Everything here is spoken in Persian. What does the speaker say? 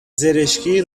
زرشکی